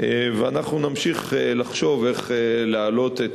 ואנחנו נמשיך לחשוב איך להעלות את